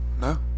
No